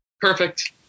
Perfect